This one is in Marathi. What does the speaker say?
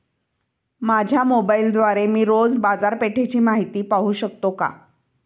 माझ्या मोबाइलद्वारे मी रोज बाजारपेठेची माहिती पाहू शकतो का?